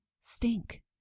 stink